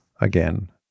again